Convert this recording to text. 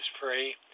free